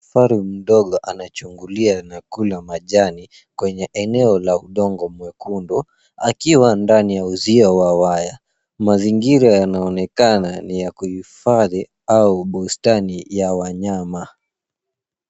Faru mdogo anachungulia na kula majani kwenye eneo la udongo mwekundu akiwa ndani ya uzio wa waya. Mazingira yanaonekana ni ya kuhifadhi au bustani ya wanyama.